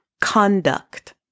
conduct